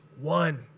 one